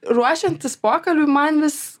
ruošiantis pokalbiui man vis